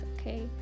okay